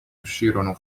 uscirono